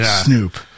Snoop